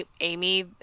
Amy